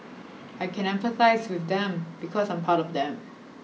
I can empathise with them because I'm part of them